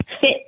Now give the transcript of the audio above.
fit